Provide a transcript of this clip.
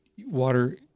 water